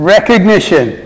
Recognition